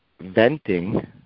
venting